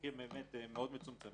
מקרים מאוד מצומצמים,